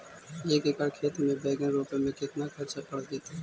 एक एकड़ खेत में बैंगन रोपे में केतना ख़र्चा पड़ जितै?